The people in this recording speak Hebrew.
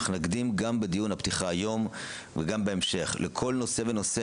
אך נקדיש בדיון הפתיחה היום ובהמשך לכל נושא ונושא